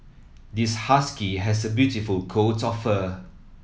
this husky has a beautiful coat of fur